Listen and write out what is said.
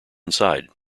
inside